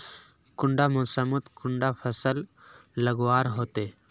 कुंडा मोसमोत कुंडा फसल लगवार होते?